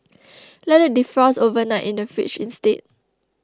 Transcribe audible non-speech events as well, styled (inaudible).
(noise) let it defrost overnight in the fridge instead